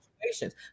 situations